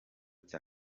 cya